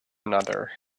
another